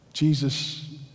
Jesus